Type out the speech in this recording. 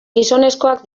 gizonezkoak